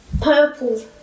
purple